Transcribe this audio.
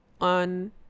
on